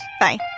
Bye